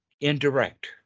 indirect